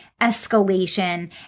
escalation